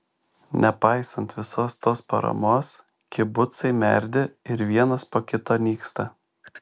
nepaisant visos tos paramos kibucai merdi ir vienas po kito nyksta